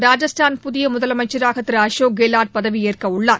ராஜஸ்தான் புதிய முதலமைச்சராக அசோக் கெல்லாட் பதவியேற்க உள்ளார்